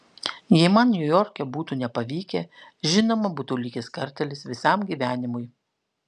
jei man niujorke būtų nepavykę žinoma būtų likęs kartėlis visam gyvenimui